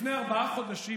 לפני ארבעה חודשים,